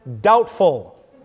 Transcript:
doubtful